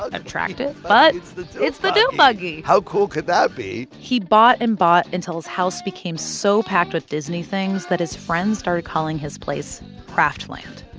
attractive, but it's the doom buggy how cool could that be? he bought and bought until his house became so packed with disney things that his friends started calling his place kraftland.